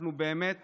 אנחנו באמת